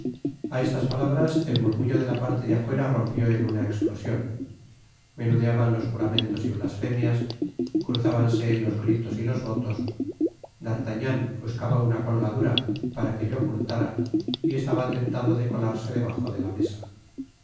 a estas palabras el murmullo de la parte de afuera rompió en una explosion menudeaban los juramentos y blasfemias cruzábanse los gritos y los votos d artagnau buscaba una colgadura pa a que le ocultóla y estaba tentado de colarse debajo de la mesa